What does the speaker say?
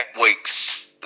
weeks